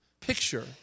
picture